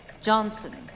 Johnson